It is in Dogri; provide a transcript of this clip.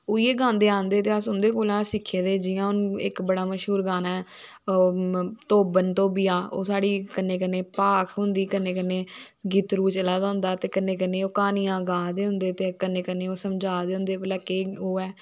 ओह् इयै गांदे आंदे ते अस उंदे कोला गै सिक्खे दे जियां हून इक बड़ा मश्हूर गाना ऐ धोबन धोबिया कन्नै कन्नै भाख होंदी कन्नै कन्नै गीतड़ू चला दा होंदा कन्नै कन्ने़ै ओह् क्हानियां गा दे होंदे ते कन्नै कन्नै ओह् समझा दे होंदे के ओह् ऐ